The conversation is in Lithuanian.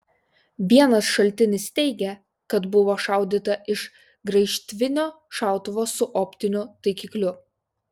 vienas šaltinis teigia kad buvo šaudyta iš graižtvinio šautuvo su optiniu taikikliu